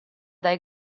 dai